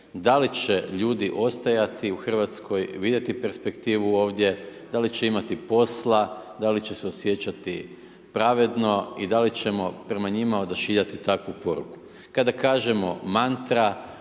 da li će ljudi ostajati u Hrvatskoj, vidjeti perspektivu ovdje, da li će imati posla, da li će se osjećati pravedno i da li ćemo prema njima odašiljati takvu poruku. Kada kažemo mantra,